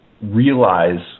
realize